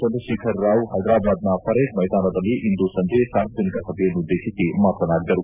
ಚಂದ್ರತೇಖರ್ ರಾವ್ ಹೈದರಾಬಾದ್ನ ಪರೇಡ್ ಮೈದಾನದಲ್ಲಿ ಇಂದು ಸಂಜೆ ಸಾರ್ವಜನಿಕ ಸಭೆಯನ್ನುದ್ದೇಶಿಸಿ ಮಾತನಾಡಿದರು